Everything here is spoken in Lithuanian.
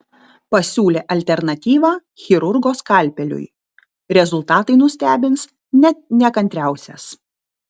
pasiūlė alternatyvą chirurgo skalpeliui rezultatai nustebins net nekantriausias